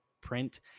print